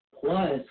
plus